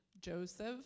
Joseph